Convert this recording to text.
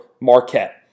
Marquette